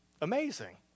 amazing